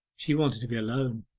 she wanted to be alone.